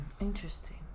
Interesting